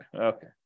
Okay